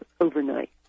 overnight